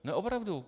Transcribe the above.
No opravdu.